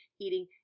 eating